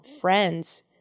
friends